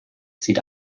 sieht